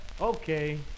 Okay